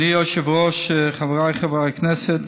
אדוני היושב-ראש, חבריי חברי הכנסת,